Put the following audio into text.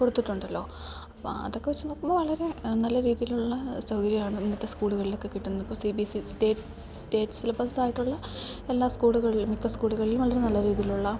കൊടുത്തിട്ടുണ്ടല്ലോ അപ്പോൾ അതൊക്കെ വെച്ച് നോക്കുമ്പോൾ വളരെ നല്ല രീതിയിലുള്ള സൗകര്യമാണ് ഇന്നത്തെ സ്കൂളുകളിലൊക്കെ കിട്ടുന്നത് ഇപ്പോൾ C B S C state state സിലബസ്സായിട്ടുള്ള എല്ലാ സ്കൂളുകളിലും മിക്ക സ്കൂളുകളിലും വളരെ നല്ല രീതിയിലുള്ള